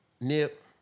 Nip